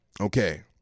okay